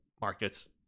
markets